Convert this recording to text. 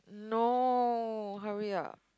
no hurry up